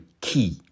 key